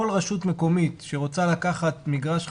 כל רשות מקומית שרוצה לקחת מגרש חניה,